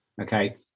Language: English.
Okay